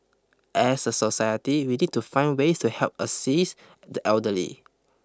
as a society we need to find ways to help assist the elderly